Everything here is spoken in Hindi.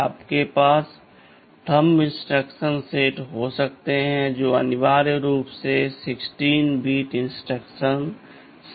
आपके पास थंब इंस्ट्रक्शन सेट हो सकता है जो अनिवार्य रूप से 16 बिट इंस्ट्रक्शन सेट है